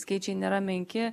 skaičiai nėra menki